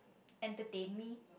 entertain me